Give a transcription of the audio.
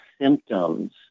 symptoms